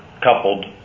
coupled